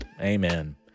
amen